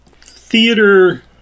theater